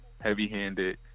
heavy-handed